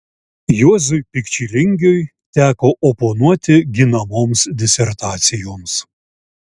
juozui pikčilingiui teko oponuoti ginamoms disertacijoms